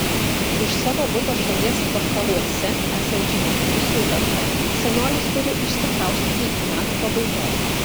iš savo buto šalies vakaruose esančiame diuseldorfe senolis turi išsikraustyti iki metų pabaigos